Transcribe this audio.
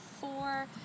four